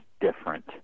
different